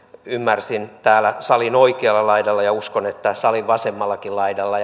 ymmärsin täällä salin oikealla laidalla ja uskon että salin vasemmallakin laidalla